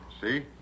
See